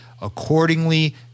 accordingly